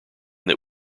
that